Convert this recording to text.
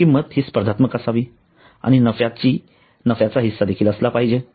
किंमत हि स्पर्धात्मक असावी आणि नफ्याची हिस्सा देखील असला पाहिजे